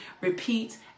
repeat